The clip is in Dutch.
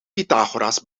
pythagoras